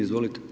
Izvolite.